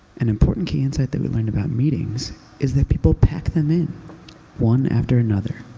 an important key insight that we learned about meetings is that people pack them in one after another,